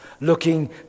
Looking